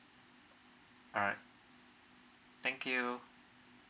alright thank you